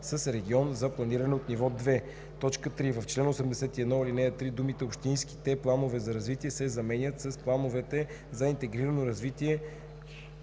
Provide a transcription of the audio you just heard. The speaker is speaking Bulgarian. с „регион за планиране от ниво 2“. 3. В чл. 81, ал. 3 думите „общинските планове за развитие“ се заменят с „плановете за интегрирано развитие